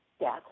Yes